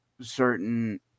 certain